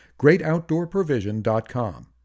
GreatOutdoorProvision.com